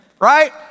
right